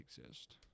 exist